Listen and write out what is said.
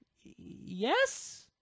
Yes